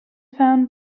found